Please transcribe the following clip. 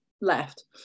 left